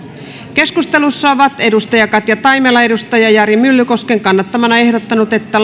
keskustelussa on katja taimela jari myllykosken kannattamana ehdottanut että